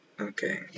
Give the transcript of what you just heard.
okay